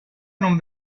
non